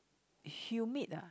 humid ah